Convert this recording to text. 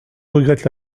regrette